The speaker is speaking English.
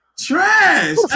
Trash